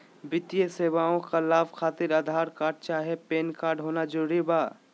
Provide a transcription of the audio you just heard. वित्तीय सेवाएं का लाभ खातिर आधार कार्ड चाहे पैन कार्ड होना जरूरी बा?